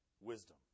wisdom